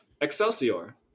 Excelsior